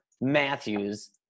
Matthews